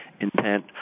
intent